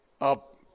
up